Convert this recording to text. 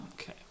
Okay